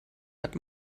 hat